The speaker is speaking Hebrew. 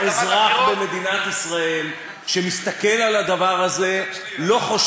אזרח במדינת ישראל שמסתכל על הדבר הזה לא,